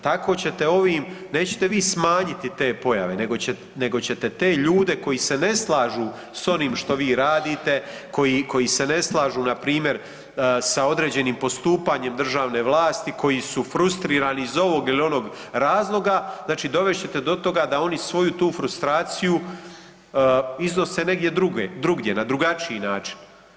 Tako ćete ovim, nećete vi smanjiti te pojave, nego ćete te ljude koji se ne slažu sa onim što vi radite koji se ne slažu npr. sa određenim postupanjem državne vlasti, koji su frustrirani iz ovog ili onog razloga znači dovesti ćete do toga da oni svoju tu frustraciju iznose negdje drugdje na drugačiji način.